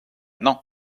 non